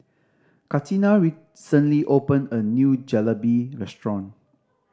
Katina recently opened a new Jalebi Restaurant